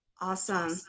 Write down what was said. Awesome